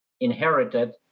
inherited